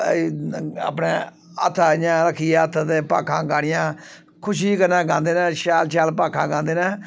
अपने हत्थ इ'यां रक्खियै हत्थ ते भाखां गानियां खुशी कन्नै गांदे न शैल शैल भाखां गांदे न